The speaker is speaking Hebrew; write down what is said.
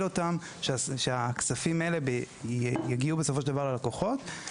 אותן כך שהכספים האלה יגיעו בסופו של דבר ללקוחות.